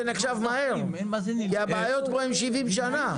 זה נחשב מהר כי הבעיות פה ממתינות לפתרון 70 שנה.